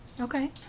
Okay